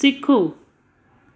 सिखो